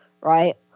right